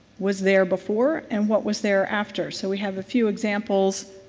was there before and what was there after so we have a few examples.